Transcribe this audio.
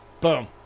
Boom